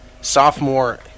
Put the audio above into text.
Sophomore